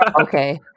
Okay